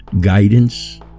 guidance